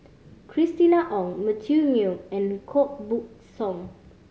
Christina Ong Matthew Ngui and Koh Buck Song